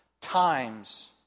times